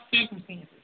circumstances